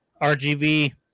RGV